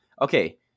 Okay